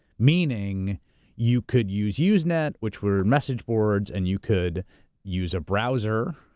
meaning you could use usenet, which were message boards, and you could use a browser,